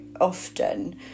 often